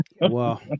Wow